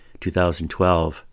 2012